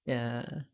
ya